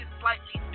slightly